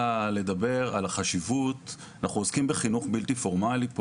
אנחנו עוסקים בחינוך בלתי פורמלי,